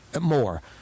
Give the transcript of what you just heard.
more